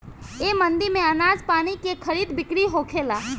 ए मंडी में आनाज पानी के खरीद बिक्री होखेला